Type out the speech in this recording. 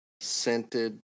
Scented